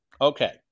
Okay